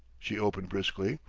she opened briskly,